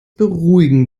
beruhigen